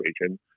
region